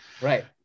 Right